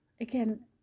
Again